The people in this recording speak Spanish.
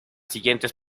siguientes